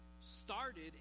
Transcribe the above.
started